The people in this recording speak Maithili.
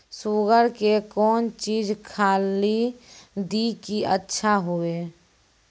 शुगर के कौन चीज खाली दी कि अच्छा हुए?